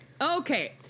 okay